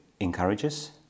encourages